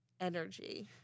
energy